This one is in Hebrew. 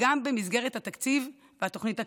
גם במסגרת התקציב והתוכנית הכלכלית.